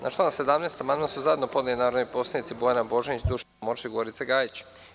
Na član 17. amandman su zajedno podnele narodni poslanici Bojana Božanić, Dušica Morčev i Gorica Gajić.